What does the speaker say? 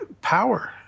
power